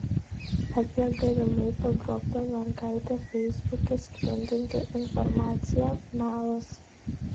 apie galimai pagrobtą mergaitę feisbuke sklindanti informacija melas